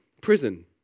prison